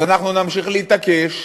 אז אנחנו נמשיך להתעקש,